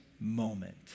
moment